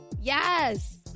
Yes